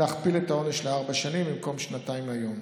להכפיל את העונש לארבע שנים במקום שנתיים היום,